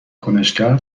کنشگر